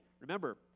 remember